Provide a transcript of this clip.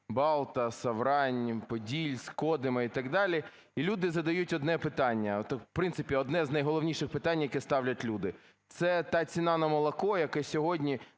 Балта, Саврань, Подільськ, Кодима і так далі. І люди задають одне питання, от, в принципі, одне з найголовніших питань, яке ставлять люди, – це та ціна на молоко, яке сьогодні